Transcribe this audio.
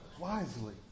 wisely